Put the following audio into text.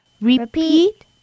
Repeat